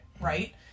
right